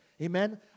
Amen